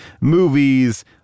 movies